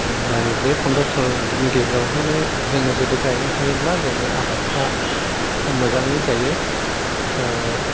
ओमफ्राय बे फन्द्र' सल्ल' दिननि गेजेरावहायनो जोङो जुदि गायनो हायोब्ला जोंनि आबादफ्रा मोजाङैनो जायो